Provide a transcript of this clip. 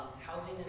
housing